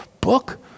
book